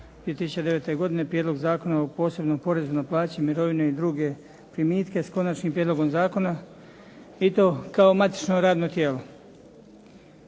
2009. godine Prijedlog zakona o posebnom porezu na plaće, mirovine i druge primitke, s konačnim prijedlogom zakona i to kao matično radno tijelo.